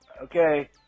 Okay